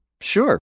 Sure